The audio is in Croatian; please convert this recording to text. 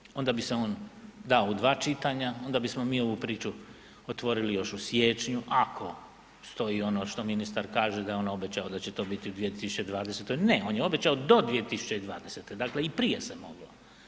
Da nije onda bi se on dao u dva čitanja, onda bismo mi ovu priču otvorili još u siječnju ako stoji ono što ministar kaže da je on obećao da će to biti u 2020., ne on je obećao do 2020., dakle i prije se moglo.